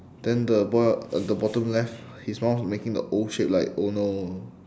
then the boy at the bottom left his mouth is making the O shape like oh no